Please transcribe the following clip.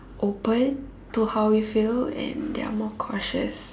open to how we feel and they are more cautious